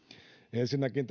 ensinnäkin